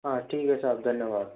हाँ ठीक है साहब धन्यवाद